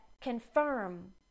confirm